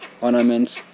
ornaments